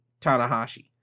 Tanahashi